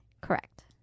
Correct